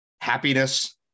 happiness